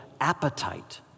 appetite